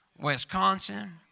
Wisconsin